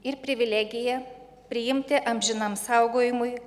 ir privilegija priimti amžinam saugojimui